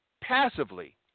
Passively